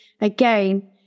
again